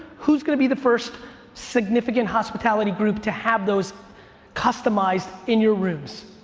who's gonna be the first significant hospitality group to have those customized in your rooms?